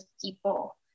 people